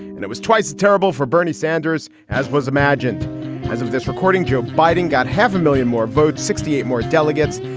and it was twice terrible for bernie sanders, as was imagined as of this recording, joe biden got half a million more votes, sixty eight more delegates,